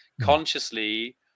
consciously